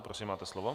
Prosím, máte slovo.